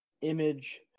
image